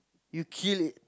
you kill it